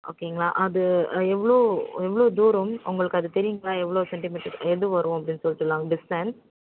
ஓகேங்களா அது எவ்வளோ எவ்வளோ தூரம் உங்களுக்கு அது தெரியுங்களா எவ்வளோ செண்டிமீட்டர் எது வரும் அப்படின்னு சொல்லிட்டு லாங் டிஸ்டன்ஸ்